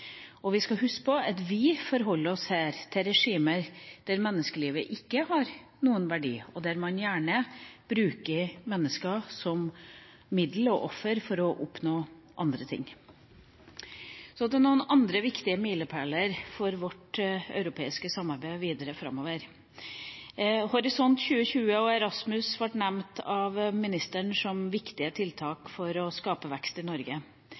til regimer hvor menneskeliv ikke har noen verdi, og man gjerne bruker mennesker som middel og offer for å oppnå andre ting. Så til noen andre viktige milepæler for vårt europeiske samarbeid videre framover: Horisont 2020 og Erasmus ble nevnt av ministeren som viktige tiltak for å skape vekst i Norge.